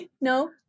No